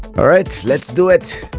all right, let's do it.